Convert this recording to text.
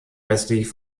westlich